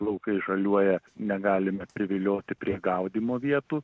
laukai žaliuoja negalime privilioti prie gaudymo vietų